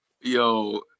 Yo